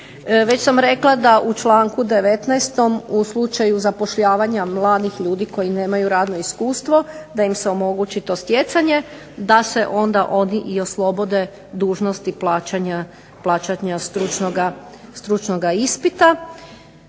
Već sam rekla da u članku 19. u slučaju zapošljavanja mladih ljudi koji nemaju radno iskustvo, da im se omogući to stjecanje da se onda oni i oslobode dužnosti plaćanja stručnog ispita.